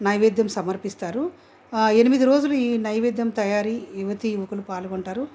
నైవేద్యం సమర్పిస్తారు ఆ ఎనిమిది రోజులు ఈ నైవేద్యం తయారీ యువతీ యువకులు పాల్గొంటారు